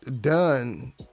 done